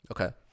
Okay